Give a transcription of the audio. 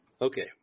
Okay